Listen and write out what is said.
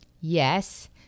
Yes